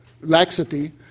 laxity